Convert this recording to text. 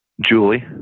Julie